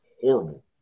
horrible